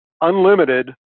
unlimited